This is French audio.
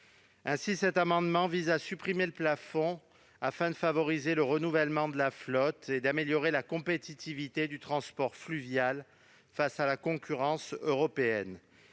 Cet amendement vise donc à supprimer le plafond afin de favoriser le renouvellement de la flotte et d'améliorer la compétitivité du transport fluvial face à la concurrence européenne.